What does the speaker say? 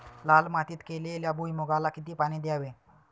लाल मातीत केलेल्या भुईमूगाला किती पाणी द्यावे?